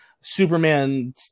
Superman